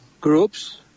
groups